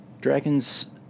Dragons